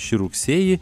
šį rugsėjį